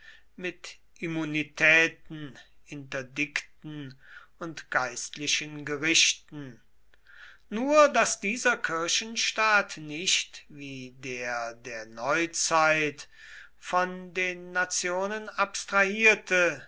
mit immunitäten interdikten und geistlichen gerichten nur daß dieser kirchenstaat nicht wie der der neuzeit von den nationen abstrahierte